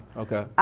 okay.